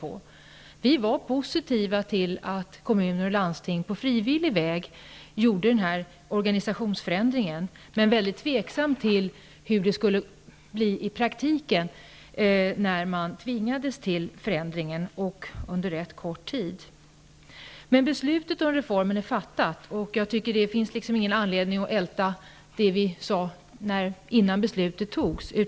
Vi var positiva till att kommuner och landsting på frivillig väg skulle göra denna organisationsförändring. Men vi var tveksamma till hur det skulle bli i praktiken, när man tvingades till förändringen under rätt kort tid. Beslutet om reformen är fattat. Det finns ingen anledning att älta det vi sade innan beslutet fattades.